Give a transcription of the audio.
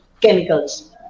chemicals